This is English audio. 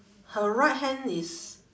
her right hand is